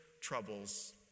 troubles